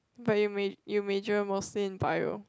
but you may major mostly in bio